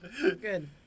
Good